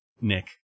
Nick